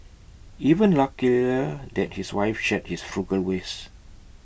even luckier that his wife shared his frugal ways